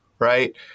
Right